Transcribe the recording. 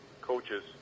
coaches